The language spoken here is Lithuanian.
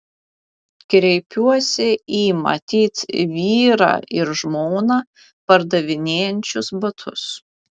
kreipiuosi į matyt vyrą ir žmoną pardavinėjančius batus